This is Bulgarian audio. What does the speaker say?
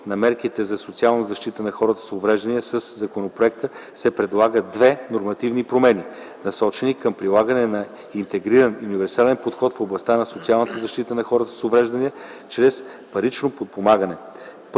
на мерките за социална защита на хората с увреждания със законопроекта се предлагат две нормативни промени, насочени към прилагане на интегриран и универсален подход в областта на социалната защита на хората с увреждания чрез парично подпомагане.